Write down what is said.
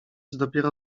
dopiero